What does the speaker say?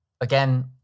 Again